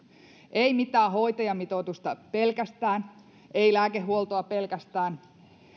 ei mitään hoitajamitoitusta pelkästään ei lääkehuoltoa pelkästään